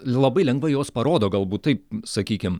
labai lengvai jos parodo galbūt taip sakykim